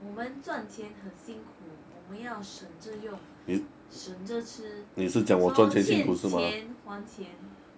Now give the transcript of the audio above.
我们赚钱很辛苦我们要省着用省着吃 so 收欠钱还钱